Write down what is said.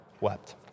wept